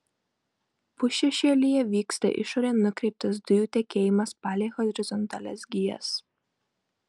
pusšešėlyje vyksta išorėn nukreiptas dujų tekėjimas palei horizontalias gijas